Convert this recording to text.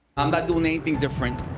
i'm not doing anything different.